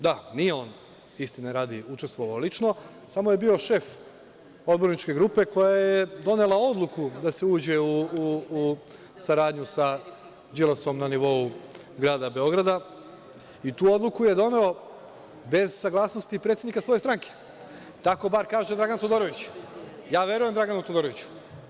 Da, nije on, istine radi, učestvovao lično, samo je bio šef odborničke grupe koja je donela odluku da se uđe u saradnju sa Đilasom na nivou grada Beograda i tu odluku je doneo bez saglasnosti predsednika svoje stranke, tako bar kaže Dragan Todorović, ja verujem Draganu Todoroviću.